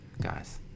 Guys